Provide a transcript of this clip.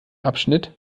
abschnitt